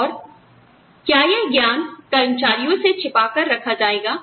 और क्या यह ज्ञान कर्मचारियों से छिपा कर रखा जाएगा